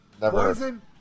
Poison